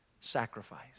sacrifice